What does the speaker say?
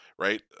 right